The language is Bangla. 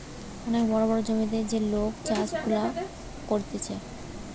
অনেক বড় বড় জমিতে যে লোক চাষ গুলা করতিছে